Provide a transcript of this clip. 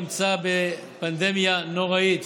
נמצא בפנדמיה נוראית.